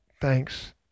thanks